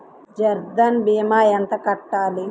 జన్ధన్ భీమా ఎంత కట్టాలి?